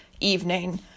evening